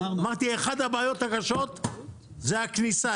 אמרתי אחת הבעיות הקשות זו הכניסה.